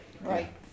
Right